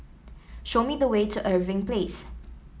show me the way to Irving Place